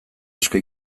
asko